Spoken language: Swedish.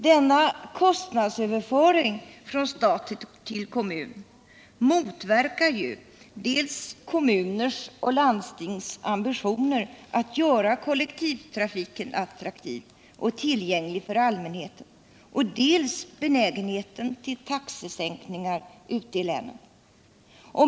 Denna kostnadsöverföring från stat till kommun motverkar ju dels kommuners och landstings ambitioner att göra kollektivtrafiken attraktiv och tillgänglig för allmänheten, dels benägenheten till taxesänkningar ute i länen.